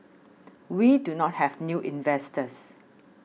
we do not have new investors